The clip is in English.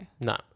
No